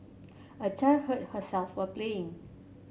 a child hurt herself while playing